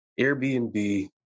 Airbnb